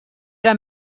era